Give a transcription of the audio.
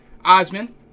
Osman